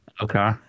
Okay